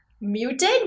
Muted